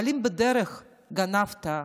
אבל אם בדרך גנבת,